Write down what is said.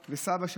סבא,